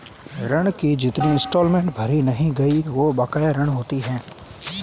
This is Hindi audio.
ऋण की जितनी इंस्टॉलमेंट भरी नहीं गयी वो बकाया ऋण होती है